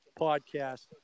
podcast